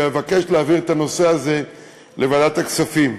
אני מבקש להעביר את הנושא הזה לוועדת הכספים.